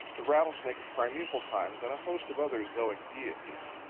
the rattlesnake of primeval times, and a host of other zoic deities.